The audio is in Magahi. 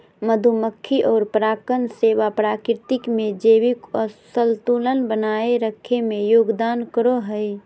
मधुमक्खी और परागण सेवा प्रकृति में जैविक संतुलन बनाए रखे में योगदान करो हइ